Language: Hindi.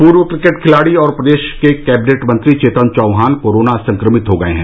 पूर्व क्रिकेट खिलाड़ी और प्रदेश के कैबिनेट मंत्री चेतन चौहान कोरोना संक्रमित हो गए हैं